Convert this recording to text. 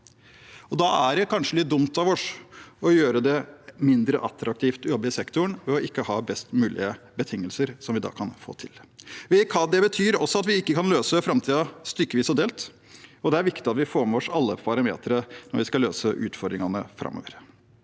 Da er det kanskje litt dumt av oss å gjøre det mindre attraktivt å jobbe i sekto ren ved ikke å ha best mulige betingelser, noe som vi kan få til. Det betyr også at vi ikke kan løse framtiden stykkevis og delt, og det er viktig at vi får med oss alle parametre når vi skal løse utfordringene framover.